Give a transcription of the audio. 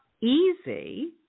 easy